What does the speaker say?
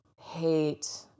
hate